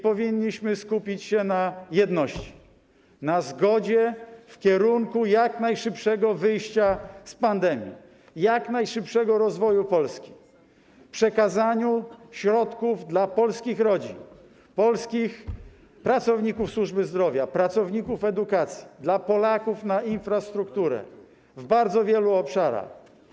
Powinniśmy skupić się na jedności, na zgodzie skierowanej na jak najszybsze wyjście z pandemii, jak najszybszy rozwój Polski, przekazaniu środków dla polskich rodzin, polskich pracowników służby zdrowia, pracowników edukacji, dla Polaków na infrastrukturę w bardzo wielu obszarach.